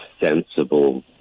sensible